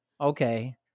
Okay